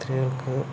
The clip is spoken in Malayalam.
സ്ത്രീകൾക്ക്